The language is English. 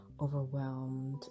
overwhelmed